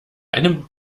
einem